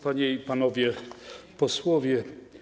Panie i Panowie Posłowie!